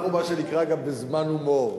אנחנו מה שנקרא גם בזמן הומור.